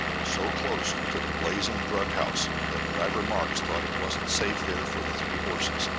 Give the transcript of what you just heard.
so close to the blazing drug-house that driver marks thought it wasn't safe there for the three horses,